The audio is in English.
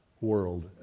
world